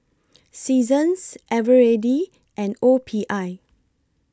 Seasons Eveready and O P I